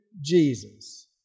Jesus